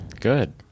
Good